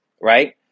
Right